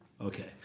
Okay